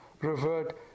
revert